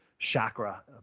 chakra